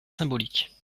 symbolique